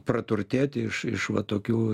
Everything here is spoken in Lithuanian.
praturtėti iš iš va tokių